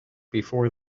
before